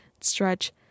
stretch